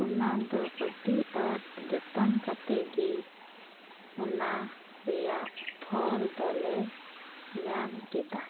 ᱚᱱᱟᱫᱚ ᱟᱹᱰᱤ ᱟᱸᱴ ᱡᱚᱛᱚᱱ ᱠᱟᱛᱮᱫ ᱜᱮ ᱚᱱᱟ ᱨᱮᱭᱟᱜ ᱯᱷᱚᱞ ᱫᱚᱞᱮ ᱧᱟᱢ ᱠᱮᱫᱟ